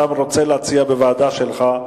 אתה רוצה להציע בוועדה שלך,